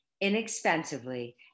inexpensively